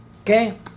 Okay